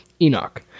Enoch